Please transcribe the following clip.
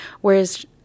whereas